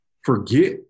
forget